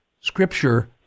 scripture